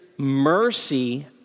Mercy